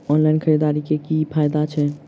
Online खरीददारी करै केँ की फायदा छै?